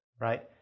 right